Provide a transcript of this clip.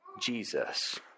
Jesus